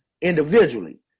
individually